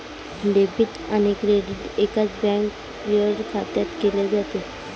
debit आणि credit एकाच bank fund खात्यात केले जाते